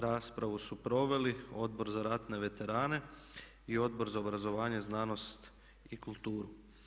Raspravu su proveli Odbor za ratne veterane i Odbor za obrazovanje, znanost i kulturu.